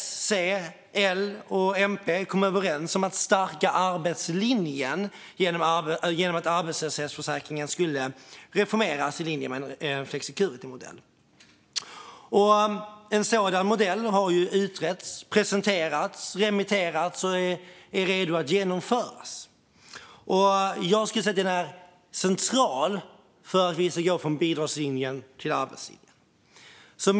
S, C, L och MP kom överens om att arbetslinjen skulle stärkas genom att arbetslöshetsersättningen skulle reformeras i linje med en flexicuritymodell. En sådan modell har utretts, presenterats och remitterats och är klar att genomföras. Jag skulle säga att den är central för att vi ska kunna gå från bidragslinjen till arbetslinjen.